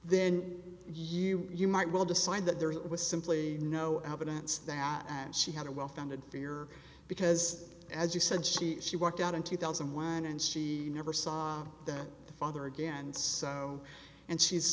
then you you might well decide that there was simply no evidence that she had a well founded fear because as you said she she walked out in two thousand and one and she never saw the father again so and she's